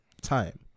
time